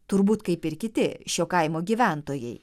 turbūt kaip ir kiti šio kaimo gyventojai